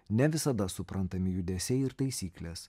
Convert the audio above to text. ne visada suprantami judesiai ir taisyklės